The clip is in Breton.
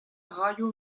raio